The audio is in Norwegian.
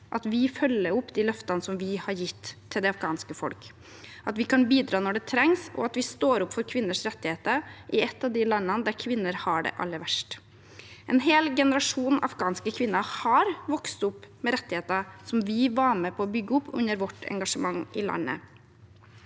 at vi følger opp de løftene vi har gitt til det afghanske folk, at vi kan bidra når det trengs, og at vi står opp for kvinners rettigheter i et av de landene der kvinner har det aller verst. En hel generasjon afghanske kvinner har vokst opp med rettigheter som vi var med på å bygge opp under vårt engasjement i landet.